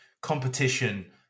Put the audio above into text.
competition